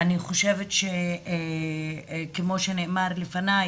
אני חושבת שכמו שנאמר לפניי,